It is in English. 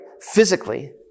Physically